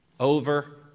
over